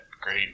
great